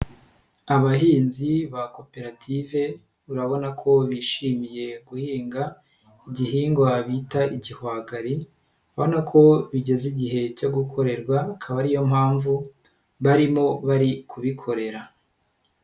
Abahinzi ba koperative, urabona ko bishimiye guhinga, igihingwa bita igihwagari, urabona ko bigeze igihe cyo gukorerwa, akaba ariyo mpamvu barimo bari kubikorera.